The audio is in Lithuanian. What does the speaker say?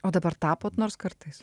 o dabar tapot nors kartais